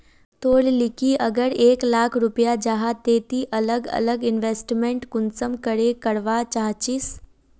तोर लिकी अगर एक लाख रुपया जाहा ते ती अलग अलग इन्वेस्टमेंट कुंसम करे करवा चाहचिस?